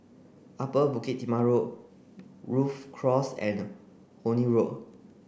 Upper Bukit Timah Road Rhu Cross and Horne Road